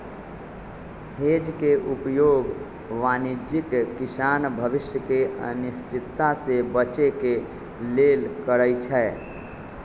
hedge के उपयोग वाणिज्यिक किसान भविष्य के अनिश्चितता से बचे के लेल करइ छै